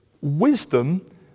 Wisdom